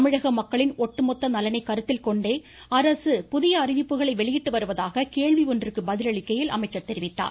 தமிழக மக்களின் ஒட்டுமொத்த நலனை கருத்தில் கொண்டே அரசு புதிய அறிவிப்புகளை வெளியிட்டு வருவதாக கேள்வி ஒன்றிற்கு பதிலளிக்கையில் தெரிவித்தார்